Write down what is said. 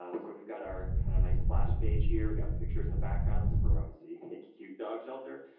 ah and so we've got our kind of nice splash page here, we got pictures in the backgrounds for obviously a cute dog shelter.